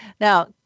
Now